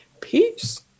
Peace